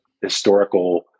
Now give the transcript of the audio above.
historical